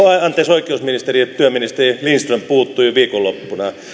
oikeusministeri ja työministeri lindström puuttui viikonloppuna